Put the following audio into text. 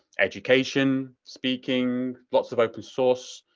education, speaking, lots of open source.